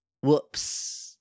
whoops